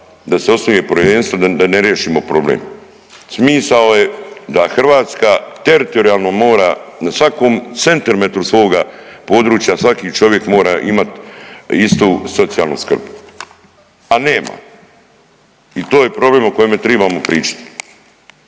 da se osnuje povjerenstvo da ne riješimo problem. Smisao je da Hrvatska teritorijalno mora na svakom centimetru svoga područja, svaki čovjek mora imat istu socijalnu skrb a nema. I to je problem o kojem tribamo pričati.